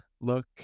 look